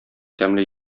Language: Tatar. тәмле